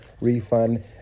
refund